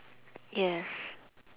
yes